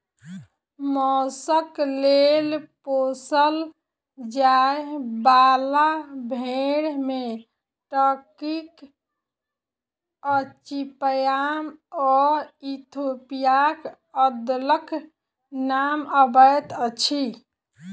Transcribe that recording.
मौसक लेल पोसल जाय बाला भेंड़ मे टर्कीक अचिपयाम आ इथोपियाक अदलक नाम अबैत अछि